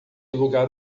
lugar